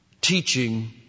teaching